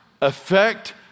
affect